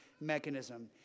mechanism